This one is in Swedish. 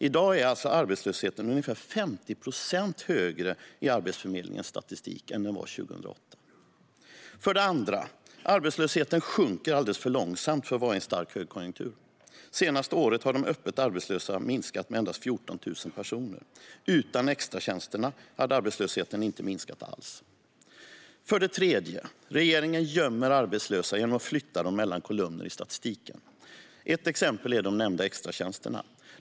I dag är arbetslösheten alltså ungefär 50 procent högre, enligt Arbetsförmedlingens statistik, än 2008. För det andra: Arbetslösheten sjunker alldeles för långsamt för att vara i en stark högkonjunktur. Det senaste året har de öppet arbetslösa minskat med endast 14 000 personer. Utan extratjänsterna hade arbetslösheten inte minskat alls. För det tredje: Regeringen gömmer arbetslösa genom att flytta dem mellan kolumner i statistiken. Ett exempel är de nämnda extratjänsterna.